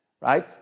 Right